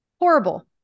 Horrible